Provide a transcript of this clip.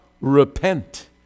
repent